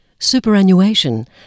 Superannuation